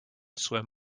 swim